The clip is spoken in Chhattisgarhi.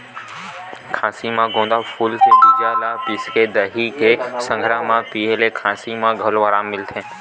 खाँसी म गोंदा फूल के बीजा ल पिसके दही के संघरा म पिए ले खाँसी म घलो अराम मिलथे